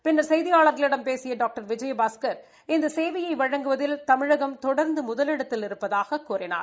பின்னா் செய்தியாளா்களிடம் பேசிய டாக்டர் விஜயபாஸ்கா் இந்த சேவையை வழங்குவதில் தமிழகம் தொடர்ந்து முதலிடத்தில் இருப்பதாகக் கூறினார்